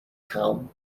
town